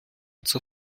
zur